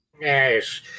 Yes